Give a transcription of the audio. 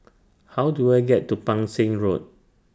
How Do I get to Pang Seng Road